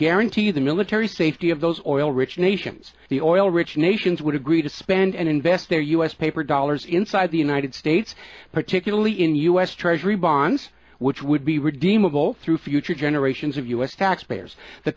guarantee the military safety of those oil rich nations the oil rich nations would agree to spend and invest their us paper dollars inside the united states particularly in u s treasury bonds which would be redeemable through future generations of u s taxpayers the